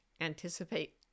Anticipate